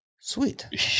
sweet